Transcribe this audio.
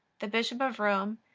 the bishop of rome,